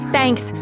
Thanks